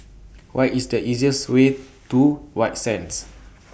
What IS The easiest Way to White Sands